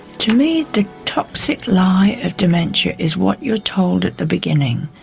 to me, the toxic lie of dementia is what you are told at the beginning.